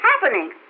happening